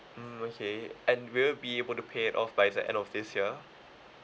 mm okay and will you be able to pay it off by the end of this year